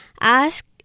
ask